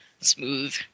Smooth